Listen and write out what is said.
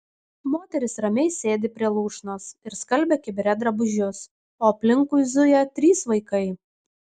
moteris ramiai sėdi prie lūšnos ir skalbia kibire drabužius o aplinkui zuja trys vaikai